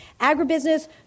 agribusiness